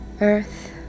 Earth